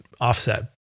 offset